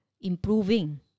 improving